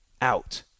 out